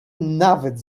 nawet